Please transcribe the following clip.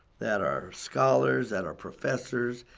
that are scholars, that are professors,